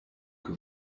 que